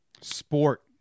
sport